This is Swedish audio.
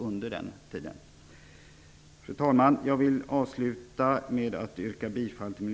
Fru talman! Jag vill avsluta med att yrka bifall till